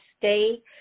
stay